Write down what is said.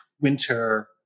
winter